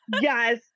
Yes